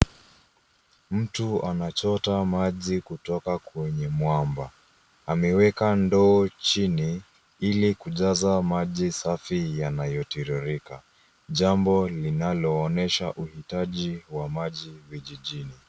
Mtu anachota maji kutoka kwenye mwamba. Ameweka ndoo chini ili kujaza maji safi yanayotiririka jambo linaloonyesha uhitaji wa maji vijijini.